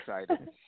excited